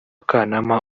kanama